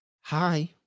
hi